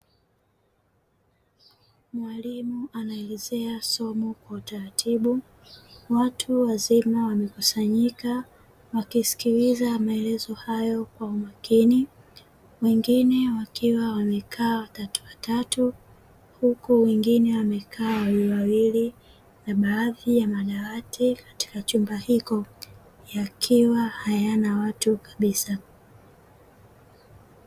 Mwalimu anaelezea somo kwa utaratibu ,watu wazima wamekusanyika wakisikiliza maelezo hayo kwa umakini wengine wakiwa wamekaa watatu watatu, huku wengine wamekaa wawili wawili na baadhi ya madawati katika chumba hiko yakiwa hayana watu kabisa.